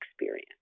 experience